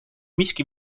miski